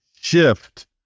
shift